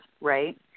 right